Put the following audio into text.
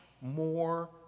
more